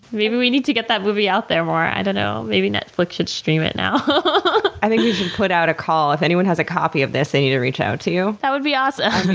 maybe need to get that movie out there more. i don't know. maybe netflix should stream it now and i think you should put out a call. if anyone has a copy of this they need to reach out to you. that would be awesome.